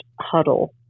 huddle